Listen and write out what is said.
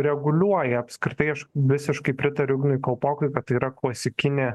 reguliuoja apskritai aš visiškai pritariu ignui kalpokui kad tai yra klasikinė